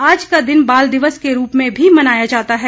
आज का दिन बाल दिवस के रूप में भी मनाया जाता है